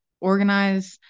organize